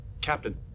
Captain